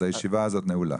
הישיבה הזאת נעולה.